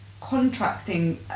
contracting